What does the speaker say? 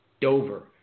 Dover